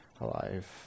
alive